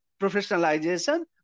professionalization